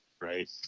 Right